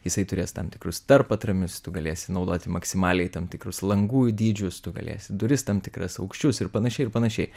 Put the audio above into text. jisai turės tam tikrus tarpatramius tu galėsi naudoti maksimaliai tam tikrus langų dydžius tu galėsi duris tam tikras aukščius ir panašiai ir panašiai